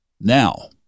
Now